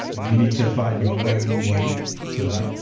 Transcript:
and you need to find your own way to that.